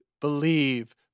Believe